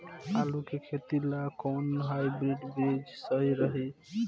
आलू के खेती ला कोवन हाइब्रिड बीज सही रही?